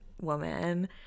woman